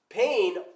pain